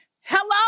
Hello